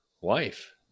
wife